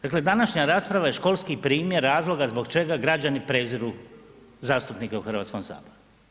Dakle današnja rasprava je školski primjer razloga zbog čega građani preziru zastupnike u Hrvatskom saboru.